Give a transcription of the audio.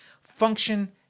function